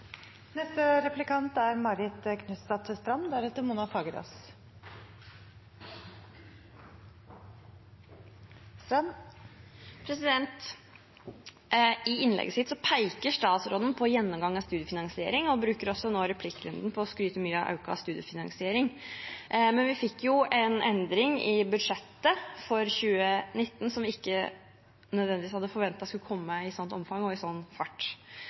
I innlegget sitt pekte statsråden på en gjennomgang av studiefinansieringen. Hun bruker også replikkrunden nå til å skryte mye av økt studiefinansiering. Men vi fikk en endring i budsjettet for 2019 som vi ikke nødvendigvis hadde forventet skulle komme i et slikt omfang og i en slik fart.